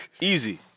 easy